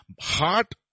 heart